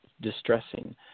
distressing